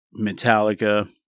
Metallica